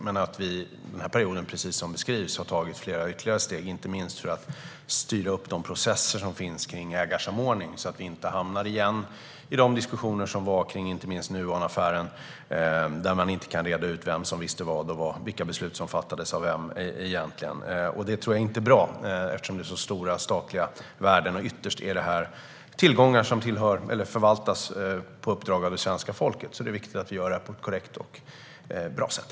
Under den här perioden har vi tagit ytterligare steg, inte minst för att styra upp processerna kring ägarsamordning - detta för att vi inte åter ska hamna i de diskussioner som fördes kring Nuonaffären. I Nuonaffären kunde man inte reda ut vem som visste vad och vilka beslut som fattades av vem. Det är inte bra, eftersom det handlar om så stora statliga värden. Dessa tillgångar förvaltas på uppdrag av det svenska folket. Det är viktigt att det sker på ett korrekt och bra sätt.